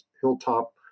hilltop